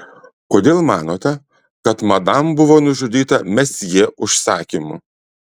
kodėl manote kad madam buvo nužudyta mesjė užsakymu